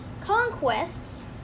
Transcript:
conquests